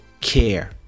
care